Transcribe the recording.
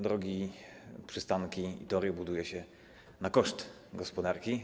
Drogi, przystanki i tory buduje się na koszt gospodarki.